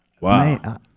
Wow